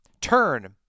Turn